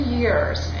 years